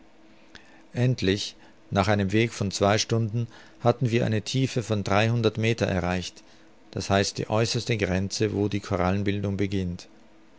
endlich nach einem weg von zwei stunden hatten wir eine tiefe von dreihundert meter erreicht d h die äußerste grenze wo die korallenbildung beginnt